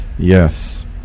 Yes